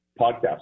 podcast